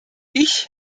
ich